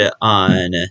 on